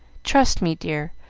trust me, dear,